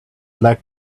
like